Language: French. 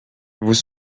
vous